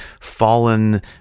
fallen